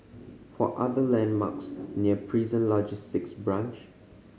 what are the landmarks near Prison Logistic Branch